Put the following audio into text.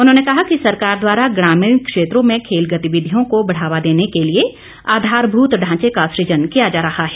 उन्होंने कहा कि सरकार द्वारा ग्रामीण क्षेत्रों में खेल गतिविधियों को बढ़ावा देने के लिए आधारभूत ढांचे का सुजन किया जा रहा है